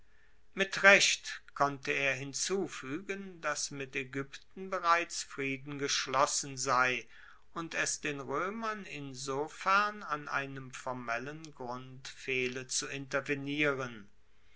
mit recht konnte er hinzufuegen dass mit aegypten bereits friede geschlossen sei und es den roemern insofern an einem formellen grund fehle zu intervenieren